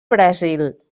brasil